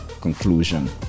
conclusion